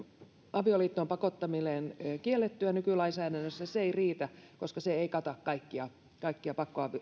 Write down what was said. avioliittoon pakottaminen kiellettyä nykylainsäädännössä se ei riitä koska se ei kata kaikkia kaikkia